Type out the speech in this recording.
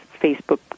Facebook